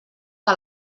que